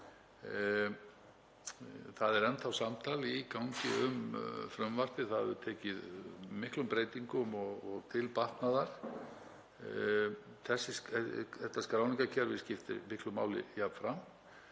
Það er enn þá samtal í gangi um frumvarpið sem hefur tekið miklum breytingum og til batnaðar. Þetta skráningarkerfi skiptir jafnframt